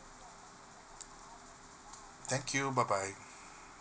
thank you bye bye